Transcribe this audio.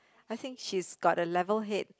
I think she's got a level head